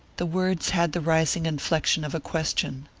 the words had the rising inflection of a question.